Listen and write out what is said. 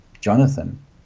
Jonathan